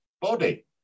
body